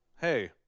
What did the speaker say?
Hey